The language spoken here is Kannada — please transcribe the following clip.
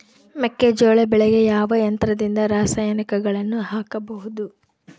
ಮೆಕ್ಕೆಜೋಳ ಬೆಳೆಗೆ ಯಾವ ಯಂತ್ರದಿಂದ ರಾಸಾಯನಿಕಗಳನ್ನು ಹಾಕಬಹುದು?